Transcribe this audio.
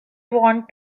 want